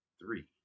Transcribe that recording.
Three